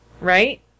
Right